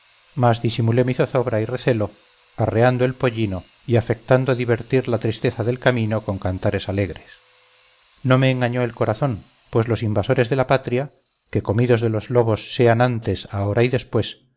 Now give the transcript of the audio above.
mas disimulé mi zozobra y recelo arreando el pollino y afectando divertir la tristeza del camino con cantares alegres no me engañó el corazón pues los invasores de la patria que comidos de los lobos sean antes ahora y después